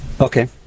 Okay